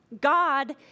God